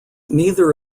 neither